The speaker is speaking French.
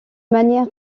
manière